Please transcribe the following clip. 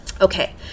Okay